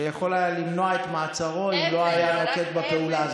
ויכול היה למנוע את מעצרו אם לא היה נוקט פעולה כזאת.